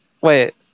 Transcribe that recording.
wait